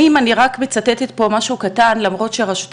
אני רק מצטטת פה משהו קטן, למרות שרשות